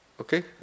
okay